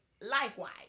Likewise